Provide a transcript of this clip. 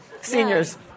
seniors